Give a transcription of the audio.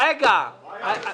יש עוד